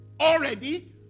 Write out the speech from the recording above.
already